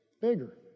bigger